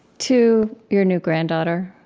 to your new granddaughter.